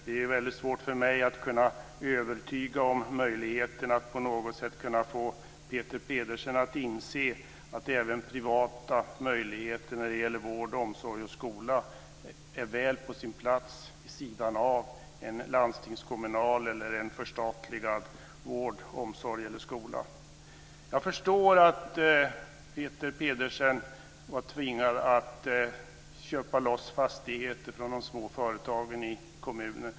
Det är väldigt svårt för mig att kunna övertyga och på något sätt kunna få Peter Pedersen att inse att även privata möjligheter när det gäller vård, omsorg och skola är väl på sin plats vid sidan av en landstingskommunal eller en förstatligad vård, omsorg eller skola. Jag förstår att Peter Pedersen var tvingad att köpa loss fastigheter från de små företagen i kommunen.